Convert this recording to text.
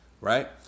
right